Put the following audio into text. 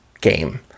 game